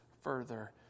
further